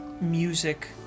music